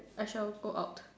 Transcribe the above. I shall go out